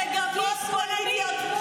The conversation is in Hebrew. היא שמאלנית מדי?